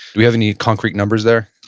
do you have any concrete numbers there?